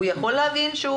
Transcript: הוא יכול להבין שהוא